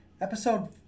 episode